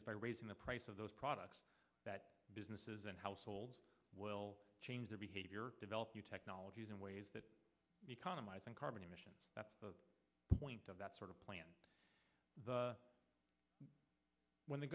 is by raising the price of those products that businesses and households will change their behavior develop new technologies in ways that economize on carbon emissions that's the point of that sort of plan when the